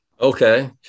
okay